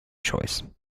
choice